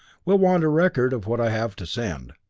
we'll want a record of what i have to send.